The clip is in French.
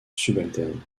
subalterne